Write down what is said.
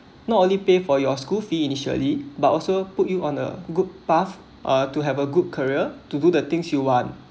not only pay for your school fee initially but also put you on a good path uh to have a good career to do the things you want